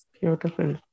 Beautiful